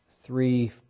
three